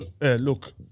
look